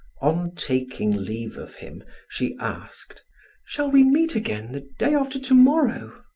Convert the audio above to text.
on taking leave of him, she asked shall we meet again the day after to-morrow?